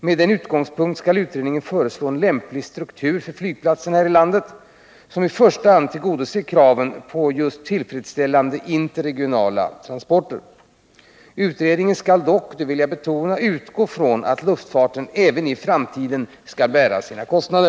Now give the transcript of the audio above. Med denna utgångspunkt skall utredningen föreslå en lämplig struktur när det gäller flygplatserna i det här landet, som i första hand tillgodoser kraven på tillfredsställande interregionala transporter. Utredningen skall dock, det vill jag betona, utgå från att luftfarten även i framtiden skall bära sina kostnader.